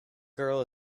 girl